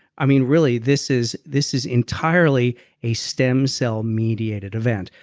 i mean really this is this is entirely a stem cell-mediated event.